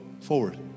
forward